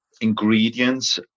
ingredients